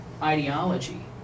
ideology